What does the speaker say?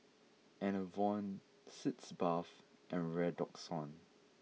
Enervon Sitz bath and Redoxon